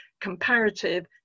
comparative